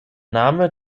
name